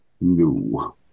No